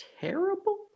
terrible